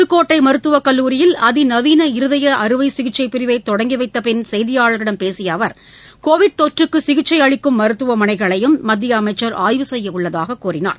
புதுக்கோட்டை மருத்துவக் கல்லூரியில் அதிநவீன இருதய அறுவை சிகிச்சை பிரிவை தொடங்கி வைத்த பின் செய்தியாளர்களிடம் பேசிய அவர் கோவிட் தொற்றுக்கு சிகிச்சை அளிக்கும் மருத்துவமனைகளையும் மத்திய அமைச்சர் ஆய்வு செய்ய உள்ளதாக கூறினார்